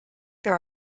there